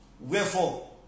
Wherefore